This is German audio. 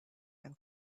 ein